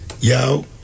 Yo